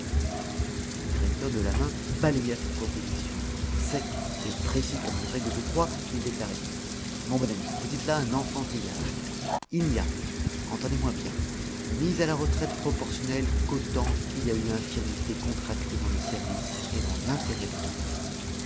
mais le directeur de la main balaya cette proposition sec et précis comme une règle de trois il déclara mon bon ami vous dites là un enfantillage il n'y a entendez-moi bien mise à la retraite proportionnelle qu'autant qu'il y a eu infirmité contractée dans le service et dans l'intérêt de ce service